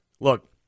look